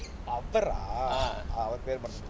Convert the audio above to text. அவரா:avaraa